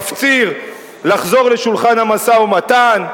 מפציר לחזור לשולחן המשא-ומתן,